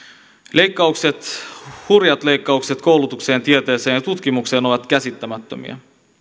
leikkaukset hurjat leikkaukset koulutukseen tieteeseen ja tutkimukseen ovat käsittämättömiä